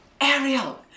Ariel